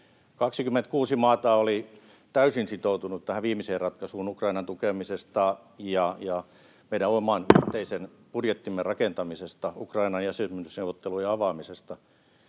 26 maata oli täysin sitoutunut tähän viimeiseen ratkaisuun Ukrainan tukemisesta ja meidän oman yhteisen budjettimme rakentamisesta, Ukrainan jäsenyysneuvottelujen avaamisesta.